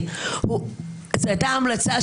אבל בסופו של דבר החוק עבר ללא שינוי של